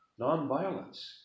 nonviolence